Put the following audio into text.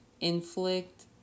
inflict